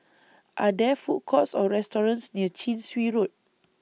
Are There Food Courts Or restaurants near Chin Swee Road